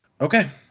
Okay